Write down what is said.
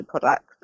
products